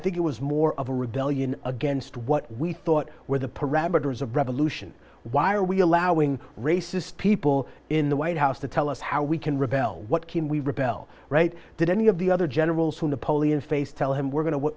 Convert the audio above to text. think it was more of a rebellion against what we thought were the parameters of revolution why are we allowing racist people in the white house to tell us how we can rebel what can we repel right that any of the other generals who napoleon faced tell him we're going to we're